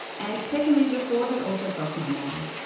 and secondly, the thought had also crossed my mind.